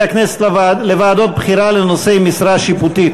הכנסת לוועדות בחירה לנושאי משרה שיפוטית.